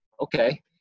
okay